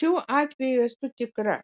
šiuo atveju esu tikra